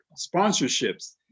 sponsorships